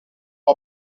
wij